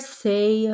say